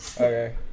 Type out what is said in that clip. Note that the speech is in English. Okay